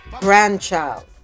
grandchild